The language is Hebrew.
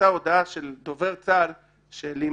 צריכים לעשות הסברה וחינוך בעניין הזה.